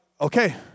Okay